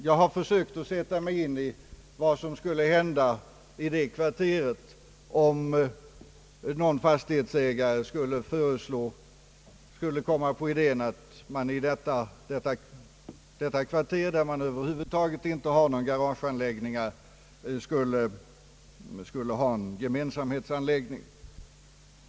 Jag har försökt att sätta mig in i vad som skulle hända i det kvarteret, om någon fastighetsägare skulle komma på den idén att man i detta kvarter, där det över huvud taget inte finns några garageanläggningar, skulle ha en gemensamhetsanläggning.